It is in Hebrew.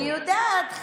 אני יודעת.